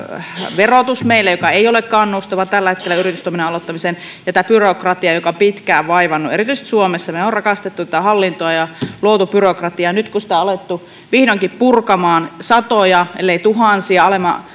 verotus joka ei ole kannustavaa tällä hetkellä yritystoiminnan aloittamiseen ja tämä byrokratia joka pitkään on vaivannut erityisesti suomessa mehän olemme rakastaneet tätä hallintoa ja luoneet byrokratiaa ja nyt sitä on alettu vihdoinkin purkamaan satoja ellei tuhansia